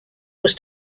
was